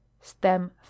stem